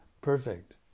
perfect